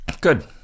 good